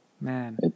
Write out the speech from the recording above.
Man